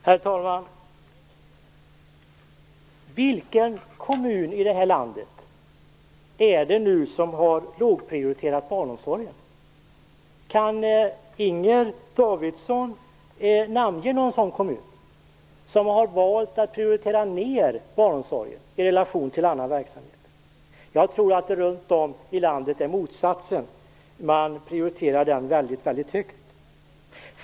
Herr talman! Vilken kommun i det här landet är det som har lågprioriterat barnomsorgen? Kan Inger Davidson namnge någon sådan kommun, som har valt att prioritera ned barnomsorgen i relation till annan verksamhet? Jag tror att det runt om i landet är motsatsen. Man prioriterar den väldigt högt.